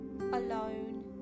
alone